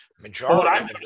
majority